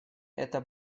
это